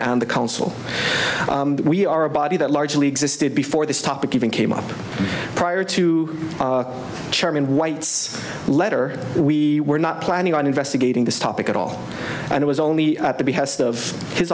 and the council we are a body that largely existed before this topic even came up prior to chairman white's letter we were not planning on investigating this topic at all and it was only at the be